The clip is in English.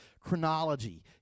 chronology